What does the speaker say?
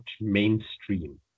mainstream